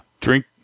Drink